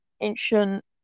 ancient